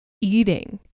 eating